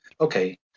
Okay